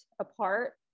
apart